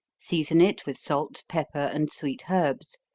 season it with salt, pepper, and sweet herbs,